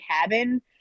cabin